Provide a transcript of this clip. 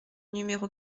numéro